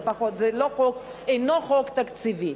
זה אינו חוק תקציבי.